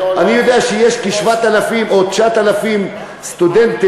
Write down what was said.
אני יודע שיש 7,000 או 9,000 סטודנטים,